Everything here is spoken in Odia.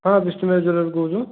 ହଁ ବିଷ୍ଣୁ ଭାଇ ଜ୍ୱେଲେରୀରୁ କହୁଛୁ